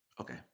Okay